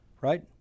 right